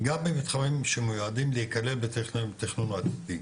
גם במתחמים שמיועדים להיכלל בתכנון עתידי,